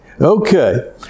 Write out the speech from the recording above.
Okay